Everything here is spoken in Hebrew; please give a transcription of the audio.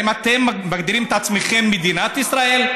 האם אתם מגדירים את עצמכם מדינת ישראל?